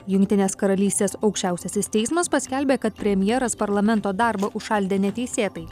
jungtinės karalystės aukščiausiasis teismas paskelbė kad premjeras parlamento darbą užšaldė neteisėtai